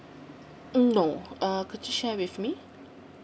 mm no uh could you share with me